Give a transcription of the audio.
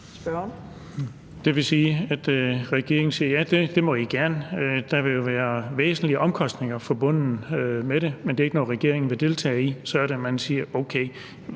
Det vil sige, at regeringen siger: Ja, det må I gerne. Men der vil jo være væsentlige omkostninger forbundet med det, men det er ikke noget, regeringen vil deltage i. Så er det, man siger: Okay, hvad ligger der